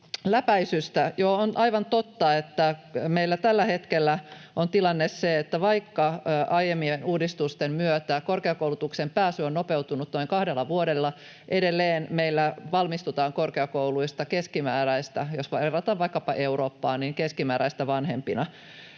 on aivan totta, että meillä tällä hetkellä on tilanne se, että vaikka aiempien uudistusten myötä korkeakoulutukseen pääsy on nopeutunut noin kahdella vuodella, edelleen meillä valmistutaan korkeakouluista, jos verrataan vaikkapa Eurooppaan, keskimääräistä vanhempina.